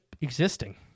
existing